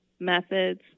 methods